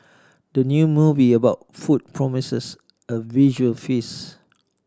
the new movie about food promises a visual feast